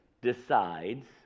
decides